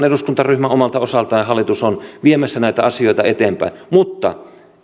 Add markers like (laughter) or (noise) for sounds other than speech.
(unintelligible) eduskuntaryhmä omalta osaltaan ja hallitus on viemässä näitä asioita eteenpäin mutta